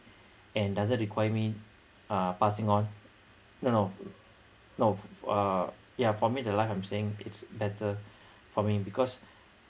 and doesn't require me uh passing on no no no f~ uh yeah for me the life I'm saying it's better for me because